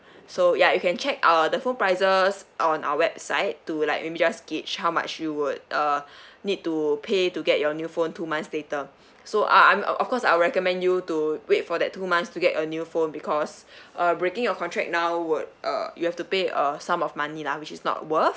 so ya I can check uh the phone prices on our website to like maybe just gauge how much you would uh need to pay to get your new phone two months later so ah of course I'll recommend you to wait for that two months to get a new phone because uh breaking your contract now would uh you have to pay a sum of money lah which is not worth